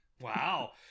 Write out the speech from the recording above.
wow